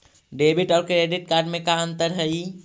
Debit और credit card में का अंतर हइ?